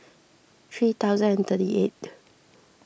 three thousand and thirty eighth